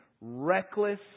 reckless